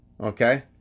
Okay